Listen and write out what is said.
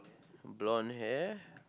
blonde hair